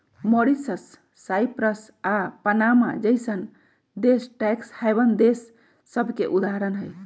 Mauritius, Cyprus आऽ Panama जइसन्न देश टैक्स हैवन देश सभके उदाहरण हइ